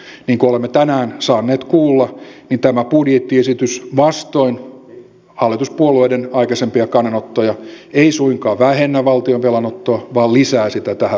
niin kuin olemme tänään saaneet kuulla tämä budjettiesitys vastoin hallituspuolueiden aikaisempia kannanottoja ei suinkaan vähennä valtion velanottoa vaan lisää sitä tähän vuoteen nähden